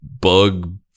bug